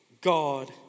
God